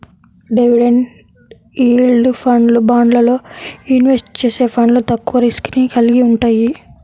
dividend yield ఫండ్లు, బాండ్లల్లో invest చేసే ఫండ్లు తక్కువ రిస్క్ ని కలిగి వుంటయ్యి